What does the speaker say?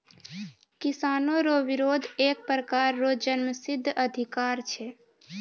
किसानो रो बिरोध एक प्रकार रो जन्मसिद्ध अधिकार छै